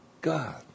God